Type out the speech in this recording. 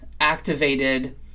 activated